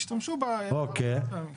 השתמשו בה כמה פעמים.